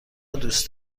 دوست